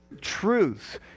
truth